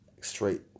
straight